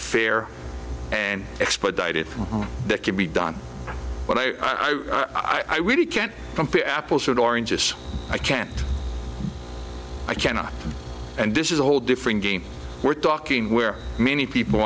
fair and expediting that can be done but i i really can't compare apples to oranges i can't i cannot and this is a whole different game we're talking where many people